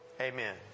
amen